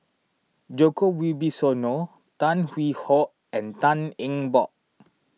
Djoko Wibisono Tan Hwee Hock and Tan Eng Bock